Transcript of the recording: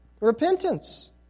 repentance